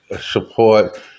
support